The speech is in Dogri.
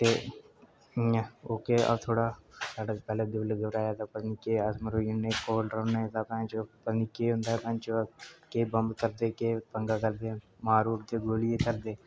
ते इयां औह् केह् होआ थोह्ड़ा अस मरोई जन्ने हा पता नेईं बहनचोद केह होंदा ऐ बहनचोद को बम्ब करदे के पंगा करदे मारुदे गोली केह् करदे